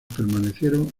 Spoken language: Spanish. permanecieron